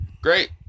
great